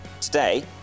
Today